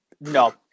No